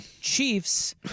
Chiefs